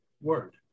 word